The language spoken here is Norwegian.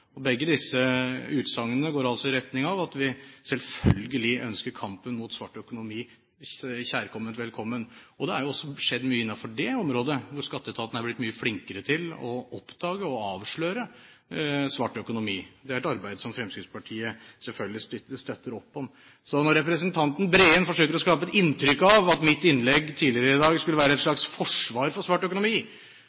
skattemoralen. Begge disse utsagnene går i retning av at vi selvfølgelig ønsker kampen mot svart økonomi velkommen. Det har skjedd mye innenfor det området. Skatteetaten er blitt mye flinkere til å oppdage og avsløre svart økonomi. Det er et arbeid som Fremskrittspartiet selvfølgelig støtter opp om. Så når representanten Breen forsøker å skape et inntrykk av at mitt innlegg tidligere i dag skulle være et